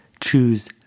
choose